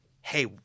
hey